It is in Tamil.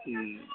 ம்